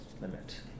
limit